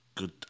Good